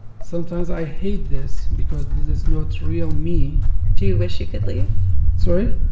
sometimes i hate this because this is not real me do you wish you could leave? sorry?